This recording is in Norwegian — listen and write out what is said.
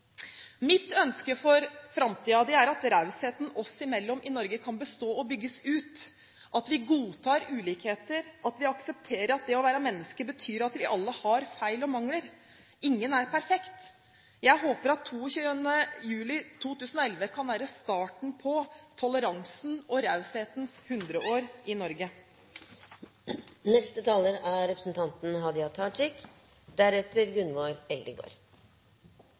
Mitt ønske for framtiden er at rausheten oss imellom i Norge kan bestå og bygges ut, at vi godtar ulikheter, at vi aksepterer at det å være menneske betyr at vi alle har feil og mangler. Ingen er perfekt. Jeg håper at 22. juli 2011 kan være starten på toleransens og raushetens hundreår i Norge.